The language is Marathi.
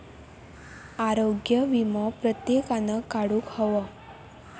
आरोग्य वीमो प्रत्येकान काढुक हवो